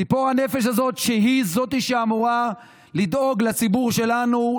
ציפור הנפש הזאת שהיא שאמורה לדאוג לציבור שלנו,